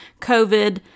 COVID